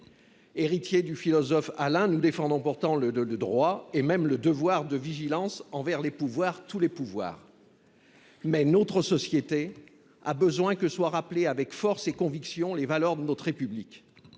Héritiers du philosophe Alain, nous défendons le droit et même le devoir de vigilance envers les pouvoirs, tous les pouvoirs, mais notre société a besoin que soient rappelées avec force et conviction les valeurs de notre République.